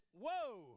whoa